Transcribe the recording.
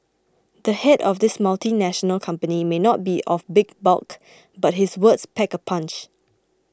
the head of this multinational company may not be of big bulk but his words pack a punch